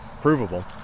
provable